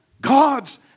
God's